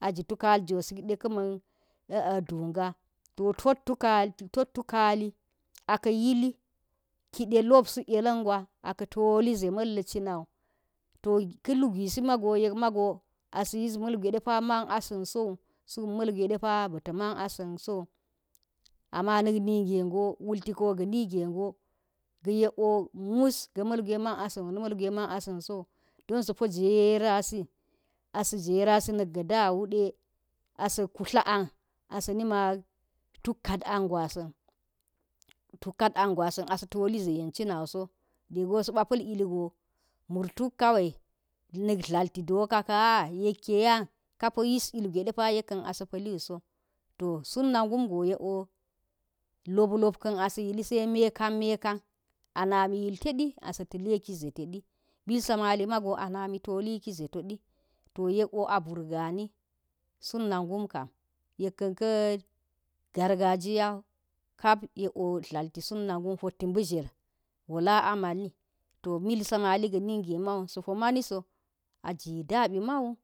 A ji tu kal go sik de ka̱ ma̱n ndu ga̱ to tok tukali tot tukali a ka̱ yili ki de lop suk yelan gwa a ka̱ toli zeh ma̱nla̱ cina ta ka̱ lugusima go yek mago asiyis malgwe depa man asin so wu, suk malgwe depa be ta̱ man a san so wu am na̱k nigego wulti ko ga̱ nig ego ga̱ yek o na̱ malgwe man asan wu, na mal gwe ma̱n asin sowu, dan sa̱ po jerasi, asi jera ssi nak ga̱ da wu de asa̱ ku tla an as anima tuk kan angwasin asa toli zhe man cina wiso nigo sa̱ ba̱ pa iligo murtuk kawai, na̱k tlal ti doka kawai, na̱k tlal ti doka ka ah yek ke ah kapo yis ilgwe depaawo yeka̱n a sa̱ pa̱ li wuso, to sut na gum go yek wo lop lop kan as yili sai mekan mekan anami yitedi asa̱ ta̱ leki zeh teɗi, milsamali mayo anami tolii ki ze to did to yek o a burgani suut nagum kam yek kan ka̱ gar gajiya wo kap yek a o tlal ti sut na gum hot ti milsamali ga̱ ni gemman sa po mani so a ji dapi man